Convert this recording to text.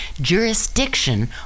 jurisdiction